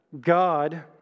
God